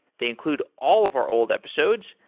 they include all of our old episodes.